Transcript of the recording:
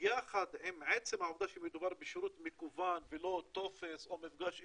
יחד עם עצם העובדה שמדובר בשירות מקוון ולא טופס או מפגש אישי,